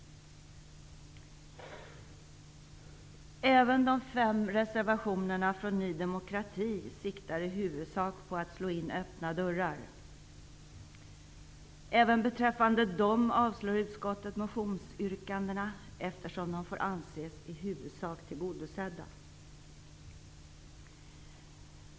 Även de fem reservationerna från Ny demokrati siktar i huvudsak på att slå in öppna dörrar. Även beträffande dem avstyrker utskottet motionsyrkandena, eftersom de i huvudsak får anses vara tillgodosedda.